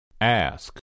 Ask